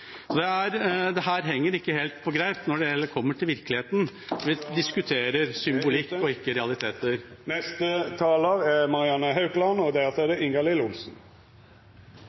Så dette henger ikke helt på grep når det handler om virkeligheten. Man diskuterer symbolikk og ikke realiteter. Tida er ute. I debatten om sammenslåing av Troms og Finnmark skjønner jeg at det er